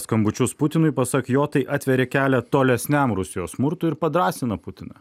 skambučius putinui pasak jo tai atveria kelią tolesniam rusijos smurtui ir padrąsina putiną